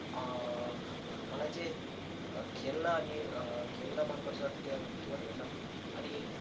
मलाई चाहिँ है खेल्न अनि खेल्न मनपर्छ केवल हेर्न अनि